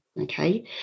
okay